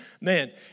man